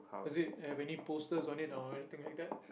does it have any posters on it or anything like that